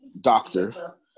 doctor